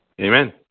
Amen